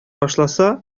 башласа